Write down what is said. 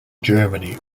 germany